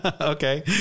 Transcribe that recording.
Okay